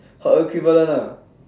her equivalent ah